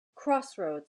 crossroads